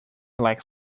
like